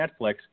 Netflix